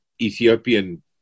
Ethiopian